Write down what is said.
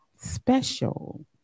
special